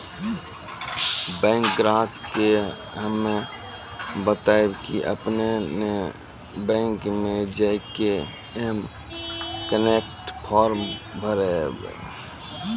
bank ग्राहक के हम्मे बतायब की आपने ने बैंक मे जय के एम कनेक्ट फॉर्म भरबऽ